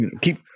Keep